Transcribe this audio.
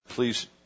Please